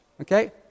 Okay